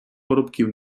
парубків